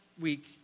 week